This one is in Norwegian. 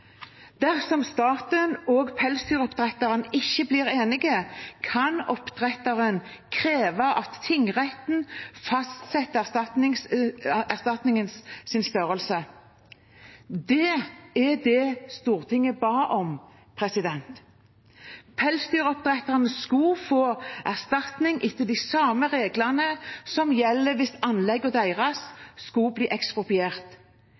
Dersom staten og pelsdyroppdretteren ikke blir enige, kan oppdretteren kreve at tingretten fastsetter erstatningens størrelse. Det er det Stortinget ba om; pelsdyroppdretterne skulle få erstatning etter de samme reglene som gjelder hvis anleggene deres skulle bli ekspropriert.